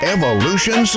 Evolution